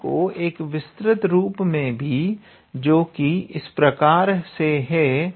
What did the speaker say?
theorem का एक विस्तृत रूप भी है जो कि इस प्रकार से है